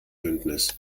bündnis